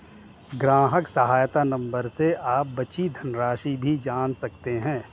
ग्राहक सहायता नंबर से आप बची धनराशि भी जान सकते हैं